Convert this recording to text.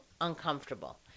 uncomfortable